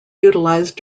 utilized